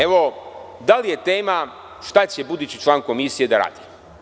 Evo, da li je tema šta će budući član komisije da radi?